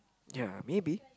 ya maybe